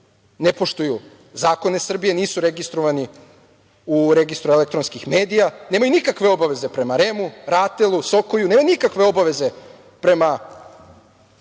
ne poštuju zakone Srbije, nisu registrovani u Registru elektronskih medija. Nemaju nikakve obaveze prema REM-u, RATEL-u, SOKOJ. Nemaju nikakve obaveze prema